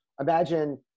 imagine